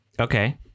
Okay